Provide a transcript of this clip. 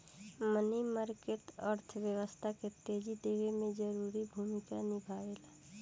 मनी market अर्थव्यवस्था के तेजी देवे में जरूरी भूमिका निभावेला